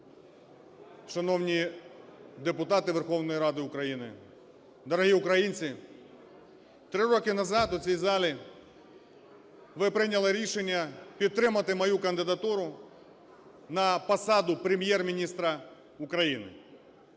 шановні депутати Верховної Ради України, дорогі українці! Три роки назад у цій залі ви прийняли рішення підтримати мою кандидатуру на посаду Прем'єр-міністра України.